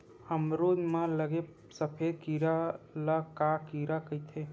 अमरूद म लगे सफेद कीरा ल का कीरा कइथे?